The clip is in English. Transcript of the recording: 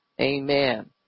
amen